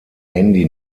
handy